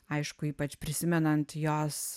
aišku ypač prisimenant jos